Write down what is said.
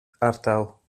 ardal